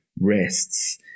rests